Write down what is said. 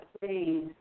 Please